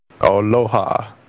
Aloha